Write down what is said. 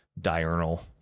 diurnal